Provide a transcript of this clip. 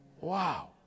Wow